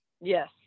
Yes